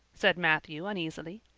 said matthew uneasily.